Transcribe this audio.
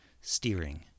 steering